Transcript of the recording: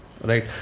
Right